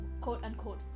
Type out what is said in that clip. quote-unquote